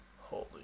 Holy